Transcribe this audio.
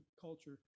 culture